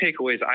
takeaways